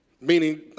meaning